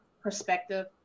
perspective